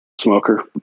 smoker